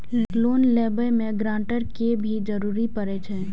Loan लेबे में guarantor के भी जरूरी परे छै?